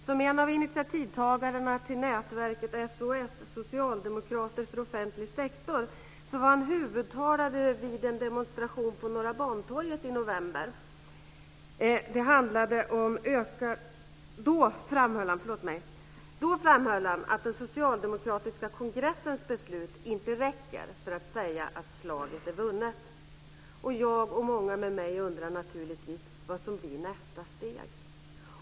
Som en av initiativtagarna till nätverket SOS, Socialdemokrater för offentlig sektor, var han huvudtalare vid en demonstration på Norra Bantorget i november. Då framhöll han att den socialdemokratiska kongressens beslut inte räcker för att säga att slaget är vunnet. Jag och många med mig undrar naturligtvis vad som blir nästa steg.